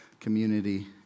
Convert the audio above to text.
community